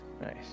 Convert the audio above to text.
nice